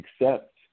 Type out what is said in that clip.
accept